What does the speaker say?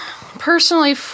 personally